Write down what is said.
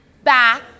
back